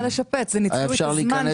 ניצלו את תקופת הקורונה, אפשר היה לשפץ.